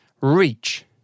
reach